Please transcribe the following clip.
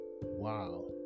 wow